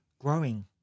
growing